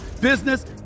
business